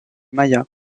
mayas